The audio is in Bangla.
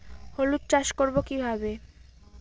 হলুদ চাষ করব কিভাবে?